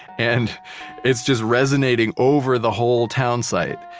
and it's just resonating over the whole townsite.